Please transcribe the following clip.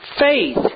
Faith